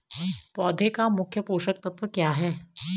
पौधें का मुख्य पोषक तत्व क्या है?